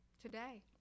today